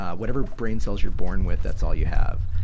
ah whatever brain cells you're born with, that's all you have.